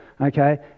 okay